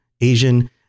Asian